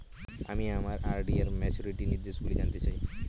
আমি আমার আর.ডি র ম্যাচুরিটি নির্দেশগুলি জানতে চাই